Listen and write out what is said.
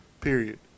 period